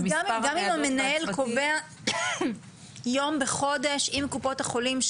גם אם המנהל קובע יום בחודש עם קופות החולים,